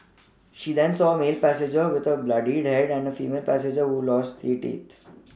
she then saw a male passenger with a bloodied head and a female passenger who lost three teeth